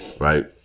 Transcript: Right